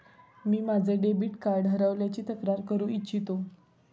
मी माझे debit card हरवल्याची तक्रार करू इच्छितो